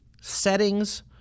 settings